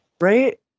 Right